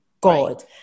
God